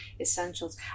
essentials